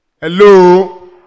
Hello